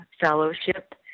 fellowship